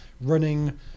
running